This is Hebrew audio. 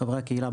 חברי הקהילה,